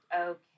Okay